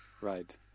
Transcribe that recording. Right